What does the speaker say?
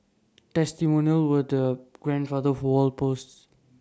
testimonials were the grandfather of wall posts